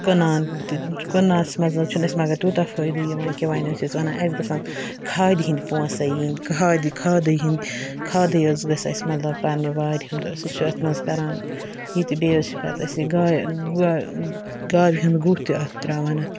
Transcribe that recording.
کٕنان تہِ کٕننَس منٛز حٕظ چھُنہٕ اسہِ کانٛہہ تہِ فٲیِدٕ یِوان کینٛہہ وَنۍ حٕظ چھِ أسۍ وَنان اسہِ گَژھَن کھادِ ہِنٛدۍ پونٛسٕے یِنۍ کھادِ کھادٕے یٲژ گٔژھ وَنۍ اسہِ پَننہِ وارِ ہُنٛد مَطلَب أسۍ حٕظ چھِ اَتھ منٛز کَران یہِ تہٕ بیٚیہِ حٕظ چھِ أسۍ گایہِ گایہِ ہُنٛد گُہہ تہِ اَتھ ترٛاوان اَتھ